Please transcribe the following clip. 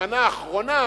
המנה האחרונה,